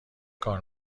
کار